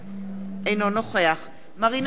אינו נוכח מרינה סולודקין,